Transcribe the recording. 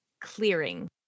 clearing